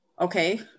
okay